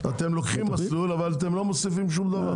אתם לוקחים מסלול אבל אתם לא מוסיפים שום דבר.